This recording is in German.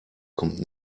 kommt